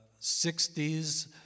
60s